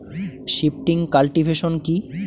Shifting cultivation কি?